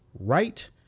right